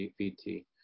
VT